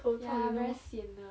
ya very sian the